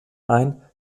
ein